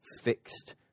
fixed